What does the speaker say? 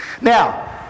Now